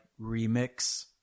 remix